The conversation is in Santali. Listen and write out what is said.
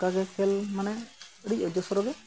ᱚᱱᱠᱟ ᱜᱮ ᱠᱷᱮᱞ ᱢᱟᱱᱮ ᱟᱹᱰᱤ ᱚᱡᱚᱥᱨᱚᱜᱮ